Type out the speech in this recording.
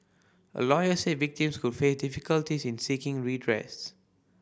a lawyer said victims could face difficulties in seeking redress